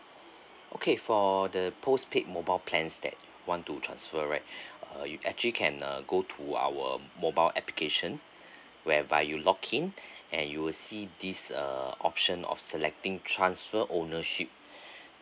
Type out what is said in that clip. okay for the postpaid mobile plans that you want to transfer right uh you actually can uh go to our mobile application whereby you login and you will see this uh option of selecting transfer ownership